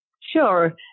Sure